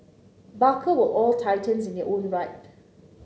barker were all titans in their own right